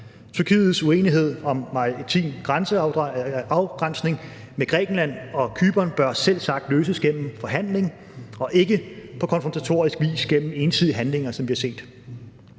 Tyrkiets uenighed om maritim afgrænsning med Grækenland og Cypern bør selvsagt løses gennem forhandling og ikke på konfrontatorisk vis gennem ensidige handlinger, som vi har set.